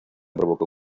provocó